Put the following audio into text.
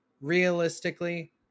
realistically